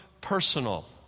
personal